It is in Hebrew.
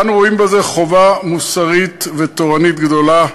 אנו רואים בזה חובה מוסרית ותורנית גדולה,